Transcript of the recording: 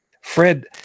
Fred